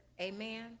amen